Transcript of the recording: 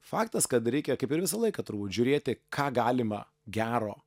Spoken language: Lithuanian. faktas kad reikia kaip ir visą laiką turbūt žiūrėti ką galima gero